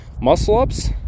Muscle-ups